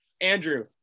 Andrew